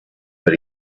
but